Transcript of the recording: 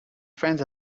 friends